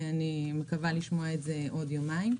אני מקווה לשמוע את זה בעוד יומיים.